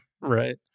Right